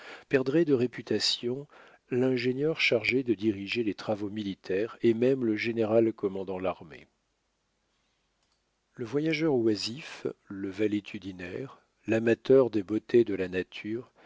perdrait de réputation l'ingénieur chargé de diriger les travaux militaires et même le général commandant l'armée le voyageur oisif le valétudinaire l'amateur des beautés de la nature